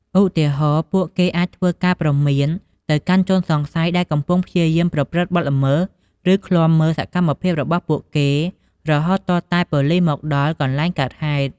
ឧទាហរណ៍ ពួកគេអាច ធ្វើការព្រមាន ទៅកាន់ជនសង្ស័យដែលកំពុងព្យាយាមប្រព្រឹត្តបទល្មើស ឬ ឃ្លាំមើល សកម្មភាពរបស់ពួកគេរហូតទាល់តែប៉ូលិសមកដល់កន្លែងកើតហេតុ។